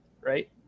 right